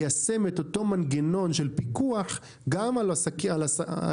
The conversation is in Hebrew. ליישם את אותו מנגנון של פיקוח גם על אותה